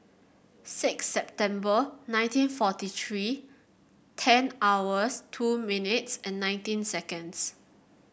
six September nineteen forty three ten hours two minutes and nineteen seconds